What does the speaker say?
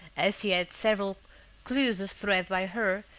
as she had several clews of thread by her,